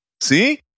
see